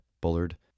Bullard